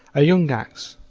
a young axe,